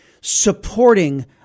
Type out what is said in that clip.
supporting